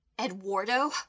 Eduardo